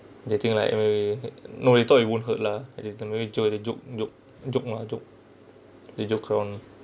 they think like maybe no they thought we won't hurt lah they the maybe joke they joke joke joke ma joke they joke around